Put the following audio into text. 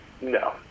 No